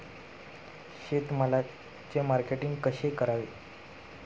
शेतमालाचे मार्केटिंग कसे करावे?